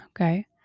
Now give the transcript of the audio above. okay